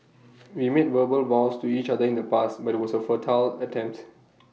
we made verbal vows to each other in the past but IT was A futile attempt